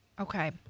Okay